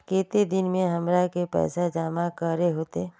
केते दिन में हमरा के पैसा जमा करे होते?